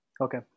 okay